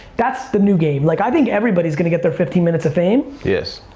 that's the new game. like i think everybody's gonna get their fifteen minutes of fame. yes.